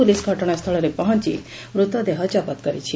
police ଘଟଣାସ୍ଚଳରେ ପହଞ୍ ମୃତଦେହ ଜବତ କରିଛି